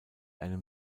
einem